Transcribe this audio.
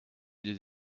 des